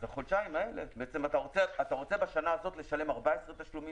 אז בעצם אתה רוצה בשנה הזאת לשלם 14 תשלומים